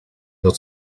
dat